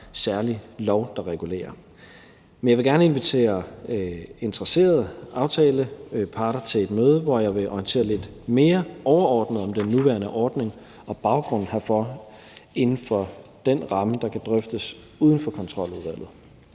særlig lov der regulerer. Men jeg vil gerne invitere interesserede aftaleparter til et møde, hvor jeg vil orientere lidt mere overordnet om den nuværende ordning og baggrunden herfor inden for den ramme, der kan drøftes uden for Kontroludvalget.